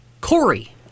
Corey